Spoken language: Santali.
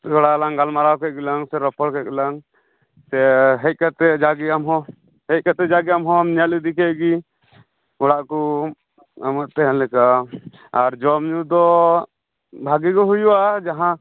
ᱛᱷᱚᱲᱟ ᱞᱟᱝ ᱜᱟᱞᱢᱟᱨᱟᱣ ᱠᱮᱫ ᱜᱮᱞᱟᱝ ᱥᱮ ᱨᱚᱯᱚᱲ ᱠᱮᱫ ᱜᱮᱞᱟᱝ ᱥᱮ ᱦᱮᱡ ᱠᱟᱛᱮᱫ ᱡᱟᱜᱮ ᱟᱢᱦᱚᱸ ᱡᱮᱦ ᱠᱟᱛᱮᱫ ᱡᱟᱜᱮ ᱟᱢᱦᱚᱢ ᱧᱮᱞ ᱤᱫᱤ ᱠᱮᱫᱜᱮ ᱚᱲᱟᱜ ᱠᱚ ᱟᱢᱟᱜ ᱛᱟᱦᱮᱱ ᱞᱮᱠᱟ ᱟᱨ ᱡᱚᱢᱼᱧᱩ ᱫᱚ ᱵᱷᱟᱜᱮ ᱜᱮ ᱦᱩᱭᱩᱜᱼᱟ ᱡᱟᱦᱟᱸ